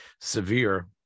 severe